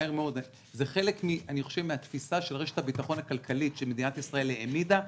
אני חושב שזה חלק מהתפיסה של רשת הביטחון הכלכלית שמדינת ישראל העמידה,